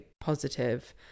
positive